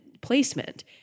placement